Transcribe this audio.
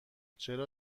چرا